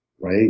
right